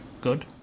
good